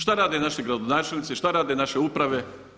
Šta rade naši gradonačelnici, šta rade naše uprave?